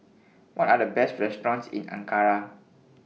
What Are The Best restaurants in Ankara